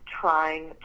trying